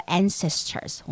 ancestors